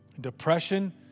depression